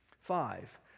Five